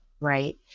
right